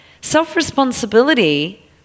Self-responsibility